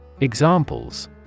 Examples